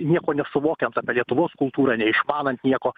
nieko nesuvokiant apie lietuvos kultūrą neišmanant nieko